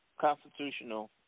constitutional